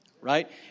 Right